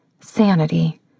sanity